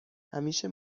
همیشه